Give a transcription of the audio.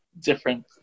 different